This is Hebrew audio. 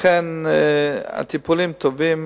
לכן, הטיפולים טובים.